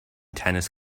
tennis